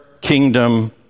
kingdom